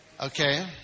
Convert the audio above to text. Okay